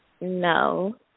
no